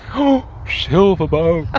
oooh silver boat